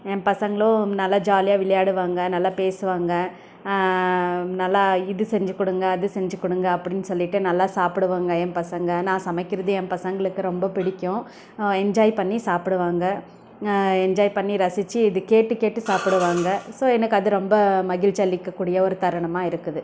என் பசங்களும் நல்லா ஜாலியாக விளையாடுவாங்க நல்லா பேசுவாங்க நல்லா இது செஞ்சு கொடுங்க அது செஞ்சு கொடுங்க அப்படின்னு சொல்லிவிட்டு நல்லா சாப்பிடுவாங்க என் பசங்கள் நான் சமைக்கிறது என் பசங்களுக்கு ரொம்ப பிடிக்கும் என்ஜாய் பண்ணி சாப்பிடுவாங்க என்ஜாய் பண்ணி ரசிச்சு இது கேட்டு கேட்டு சாப்பிடுவாங்க ஸோ எனக்கு அது ரொம்ப மகிழ்ச்சி அளிக்கக் கூடிய ஒரு தருணமாக இருக்குது